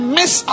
miss